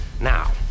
now